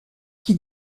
qui